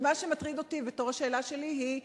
ומה שמטריד אותי, והשאלה שלי היא,